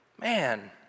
Man